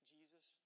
Jesus